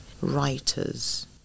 writers